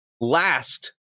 Last